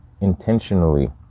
intentionally